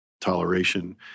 toleration